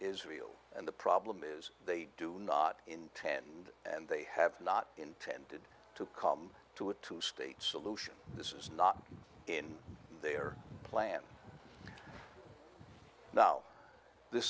israel and the problem is they do not intend and they have not intended to come to a two state solution this is not in their plan now the